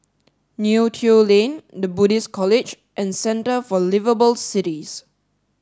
Neo Tiew Lane The Buddhist College and centre for liveable cities